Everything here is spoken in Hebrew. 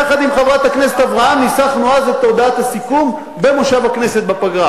יחד עם חברת הכנסת אברהם ניסחנו אז את הודעת הסיכום במושב הכנסת בפגרה,